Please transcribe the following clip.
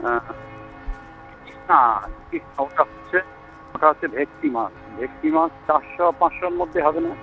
ওটা হচ্ছে ওটা হচ্ছে ভেটকি মাছ ভেটকি মাছ চারশো পাঁচশোর মধ্যে হবে না